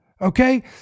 Okay